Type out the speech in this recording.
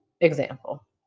example